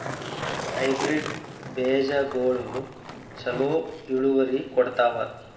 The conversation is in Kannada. ಹೈಬ್ರಿಡ್ ಬೇಜಗೊಳು ಛಲೋ ಇಳುವರಿ ಕೊಡ್ತಾವ?